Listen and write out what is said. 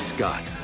Scott